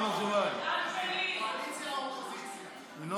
קואליציה או אופוזיציה.